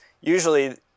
usually